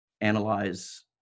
analyze